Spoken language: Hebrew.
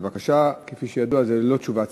2687, 2705,